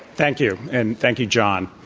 thank you. and thank you, john.